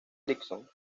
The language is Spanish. ericsson